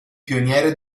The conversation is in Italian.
pioniere